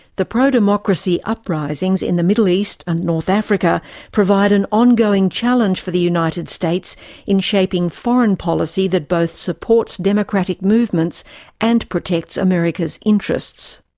the pro-democracy uprisings in the middle east and north africa provide an ongoing challenge for the united states in shaping foreign policy that both supports democratic movements and protects america's interests.